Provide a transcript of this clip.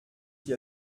qui